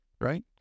right